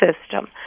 system